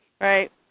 Right